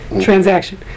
transaction